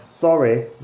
Sorry